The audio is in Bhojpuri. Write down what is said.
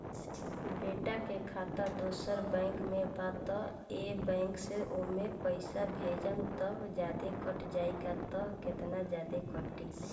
बेटा के खाता दोसर बैंक में बा त ए बैंक से ओमे पैसा भेजम त जादे कट जायी का त केतना जादे कटी?